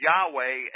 Yahweh